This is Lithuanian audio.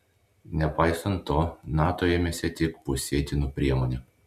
nepaisant to nato ėmėsi tik pusėtinų priemonių